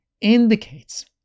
indicates